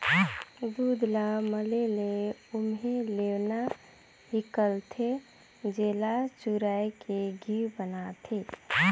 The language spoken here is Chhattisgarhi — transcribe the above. दूद ल मले ले ओम्हे लेवना हिकलथे, जेला चुरायके घींव बनाथे